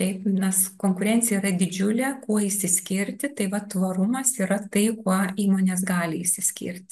taip nes konkurencija yra didžiulė kuo išsiskirti tai va tvarumas yra tai kuo įmonės gali išsiskirti